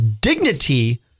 dignity